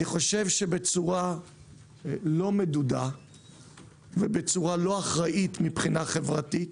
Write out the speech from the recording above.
בצורה לא מדודה ובצורה לא אחראית מבחינה חברתית,